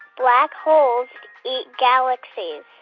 black holes eat galaxies.